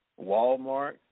Walmart